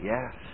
Yes